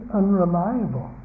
unreliable